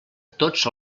tots